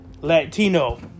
Latino